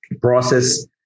process